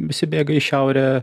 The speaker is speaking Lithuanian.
visi bėga į šiaurę